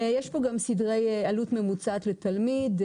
יש פה גם סדרי עלות ממוצעת לתלמיד.